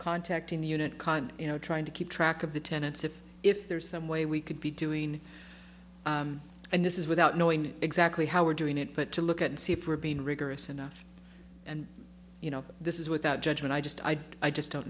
contacting the unit con you know trying to keep track of the tenets of if there's some way we could be doing and this is without knowing exactly how we're doing it but to look at it see if we're being rigorous enough and you know this is without judgment i just i i just don't